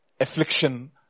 affliction